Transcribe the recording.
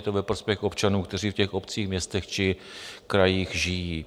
Je to ve prospěch občanů, kteří v těch obcích, městech či krajích žijí.